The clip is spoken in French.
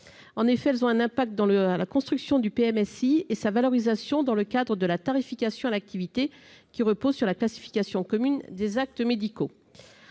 En effet, elles ont un impact dans la construction du PMSI et sa valorisation dans le cadre de la tarification à l'activité, qui repose sur la classification commune des actes médicaux.